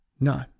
No